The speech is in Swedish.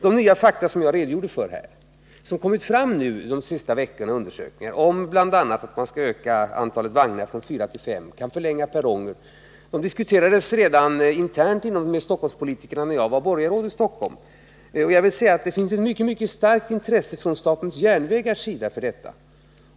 De nya fakta jag redogjorde för — som kommit fram i undersökningar de senaste veckorna, bl.a. om ökning av antalet vagnar från fyra till fem och om förlängning av perronger — diskuterades internt bland Stockholmspolitikerna redan när jag var borgarråd i Stockholm. Och det finns ett mycket starkt intresse från statens järnvägars sida för detta.